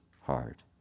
hard